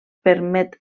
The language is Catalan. permet